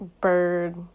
bird